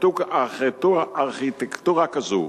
ארכיטקטורה כזאת